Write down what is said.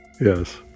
Yes